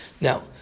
Now